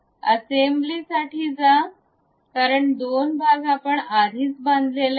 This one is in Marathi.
आता असेंब्लीसाठी जा कारण दोन भाग आपण आधीच बांधलेले आहेत